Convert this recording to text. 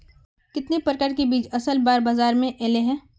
कितने प्रकार के बीज असल बार बाजार में ऐले है?